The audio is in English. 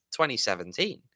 2017